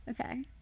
okay